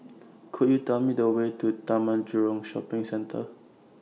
Could YOU Tell Me The Way to Taman Jurong Shopping Centre